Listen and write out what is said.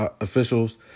officials